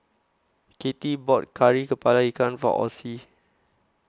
Katie bought Kari Kepala Ikan For Ossie